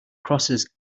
crosses